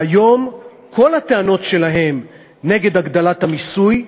והיום כל הטענות שלהן נגד הגדלת המיסוי,